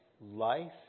life